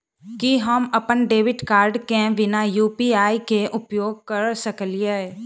की हम अप्पन debit card केँ बिना यु.पी.आई केँ उपयोग करऽ सकलिये?